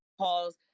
calls